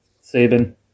Sabin